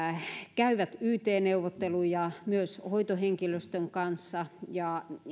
käyvät yt neuvotteluja myös hoitohenkilöstön kanssa